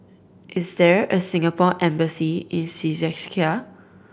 is there a Singapore Embassy in Czechia